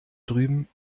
drüben